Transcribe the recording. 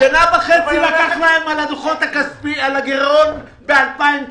שנה וחצי לקח להם על הגירעון ב-2019.